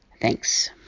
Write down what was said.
Thanks